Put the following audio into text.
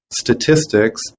statistics